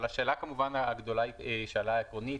אבל השאלה הגדולה היא שאלה עקרונית,